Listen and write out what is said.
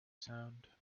sound